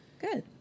good